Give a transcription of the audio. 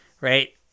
Right